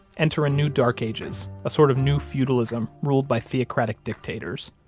enter a new dark ages, a sort of new feudalism ruled by theocratic dictators.